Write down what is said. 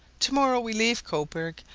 to-morrow we leave cobourg,